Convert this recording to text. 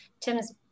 Tim's